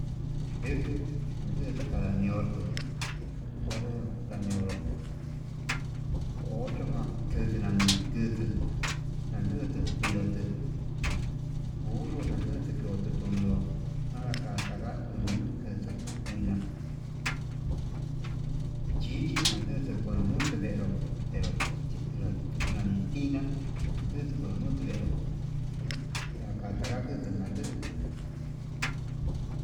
nduku undu kadaniurtu onré ndanioro, odotujan kutu nani tuu nandutu viotu burru nandutu kutu, tunulo nadakata ka'a uun kutu mina chichi kondutu andutu venró, venro venro kiti nani tiná andutu kondutu venru kakatana ndutu nanduu.